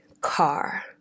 car